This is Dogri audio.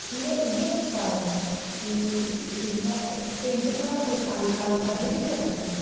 ते एह्दा इ'यै इक कारण ऐ कि जेहियां पेंटिगां ते लोक अजे अजे अजें बी करदे न